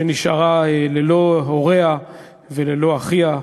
שנשארה ללא הוריה וללא אחיה,